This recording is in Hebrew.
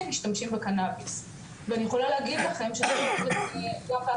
משתמשים בקנאביס ואני יכולה להגיד לכם שגם באקדמיה,